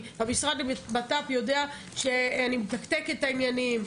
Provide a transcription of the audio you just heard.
המשרד לבט"פ יודע שאני מתקתקת את העניינים,